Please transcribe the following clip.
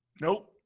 Nope